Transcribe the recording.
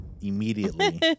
immediately